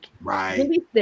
Right